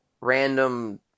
random